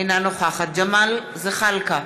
אינה נוכחת ג'מאל זחאלקה,